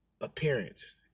appearance